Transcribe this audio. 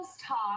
talk